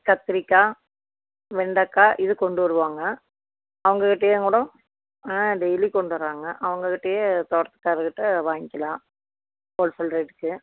கத்ரிக்காய் வெண்டக்காய் இது கொண்டு வருவாங்க அவங்ககிட்டையே கூடம் ஆ டெய்லி கொண்டு வருவாங்க அவங்ககிட்டையே தோட்டத்துக்கார் கிட்ட வாய்ங்க்கிலாம் ஹோல்சேல் ரேட்டுக்கு